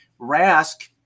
Rask